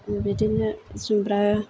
बिदिनो जुमब्रा